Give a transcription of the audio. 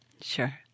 Sure